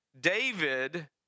David